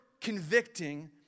convicting